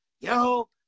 Yo